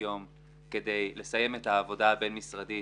ימים כדי לסיים את העבודה הבין-משרדית,